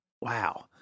wow